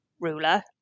ruler